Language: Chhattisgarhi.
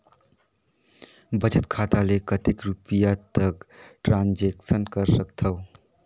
बचत खाता ले कतेक रुपिया तक ट्रांजेक्शन कर सकथव?